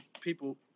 people